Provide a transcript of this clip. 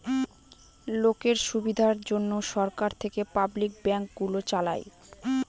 লোকের সুবিধার জন্যে সরকার থেকে পাবলিক ব্যাঙ্ক গুলো চালায়